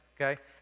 okay